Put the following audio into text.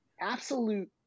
absolute